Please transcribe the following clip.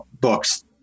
books